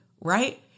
right